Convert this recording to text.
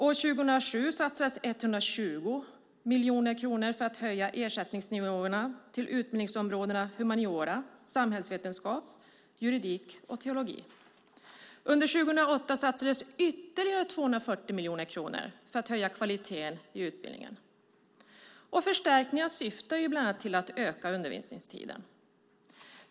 År 2007 satsades 120 miljoner kronor för att höja ersättningsnivåerna till utbildningsområdena humaniora, samhällsvetenskap, juridik och teologi. Under 2008 satsades ytterligare 240 miljoner kronor för att höja kvaliteten i utbildningen. Förstärkningarna syftar bland annat till att öka undervisningstiden.